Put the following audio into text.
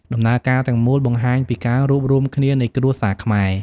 ដំណើរការទាំងមូលបង្ហាញពីការរួបរួមគ្នានៃគ្រួសារខ្មែរ។